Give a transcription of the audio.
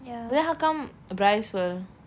but then how come bryce will